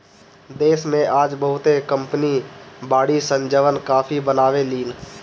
देश में आज बहुते कंपनी बाड़ी सन जवन काफी बनावे लीन